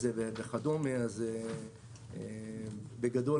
אבל בגדול,